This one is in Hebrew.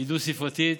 היא דו-ספרתית,